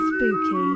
Spooky